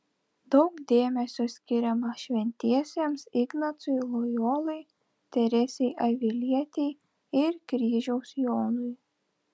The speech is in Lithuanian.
daug dėmesio skiriama šventiesiems ignacui lojolai teresei avilietei ir kryžiaus jonui